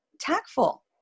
tactful